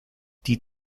die